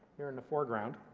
here in the foreground,